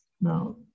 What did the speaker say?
no